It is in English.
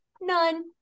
None